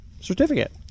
certificate